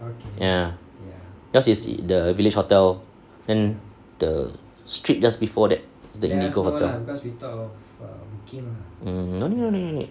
ya yours is it the village hotel and the street just before that is the indigo hotel mm no need no need no need